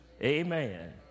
Amen